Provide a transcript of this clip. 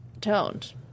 toned